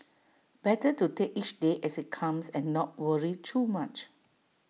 better to take each day as IT comes and not worry too much